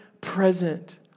present